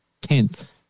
tenth